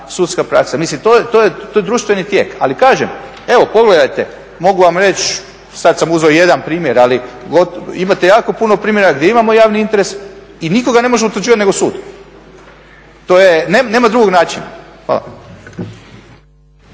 sudska praksa. Mislim to je društveni tijek. Ali kažem, evo pogledajte mogu vam reći, sad sam uzeo jedan primjer ali imate jako puno primjera gdje imamo javni interes i nitko ga ne može utvrđivati nego sud. To nema drugog načina. Hvala.